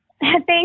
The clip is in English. Thank